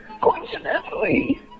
coincidentally